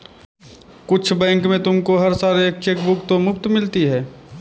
कुछ बैंक में तुमको हर साल एक चेकबुक तो मुफ़्त मिलती है